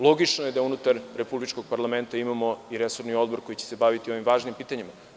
Logično je da unutar Republičkog parlamenta imamo i resorni odbor koji će se baviti ovim važnim pitanjima.